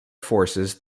forces